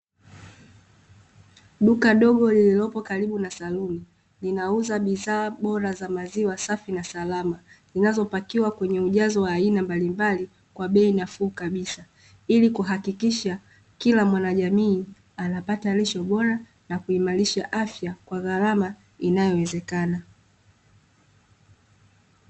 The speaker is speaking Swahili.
Duka dogo lililopo karibu na saluni, linauza bidhaa bora za maziwa safi na salama. Zinazopakiwa kwenye ujazo wa aina mbalimbali kwa bei nafuu kabisa, ili kuhakikisha kila mwanajamii ana pata lishe bora na kuimarisha afya kwa gharama inayowezekana.